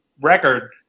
record